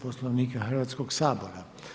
Poslovnika Hrvatskog sabora.